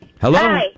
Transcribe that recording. Hello